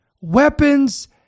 weapons